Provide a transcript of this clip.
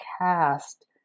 cast